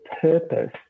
purpose